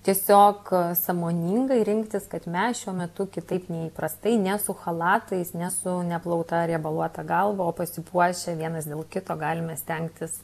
tiesiog sąmoningai rinktis kad mes šiuo metu kitaip nei įprastai ne su chalatais ne su neplauta riebaluota galva o pasipuošę vienas dėl kito galime stengtis